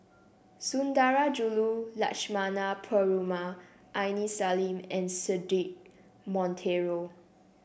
Sundarajulu Lakshmana Perumal Aini Salim and Cedric Monteiro